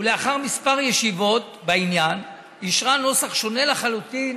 ולאחר כמה ישיבות בעניין אישרה נוסח שונה לחלוטין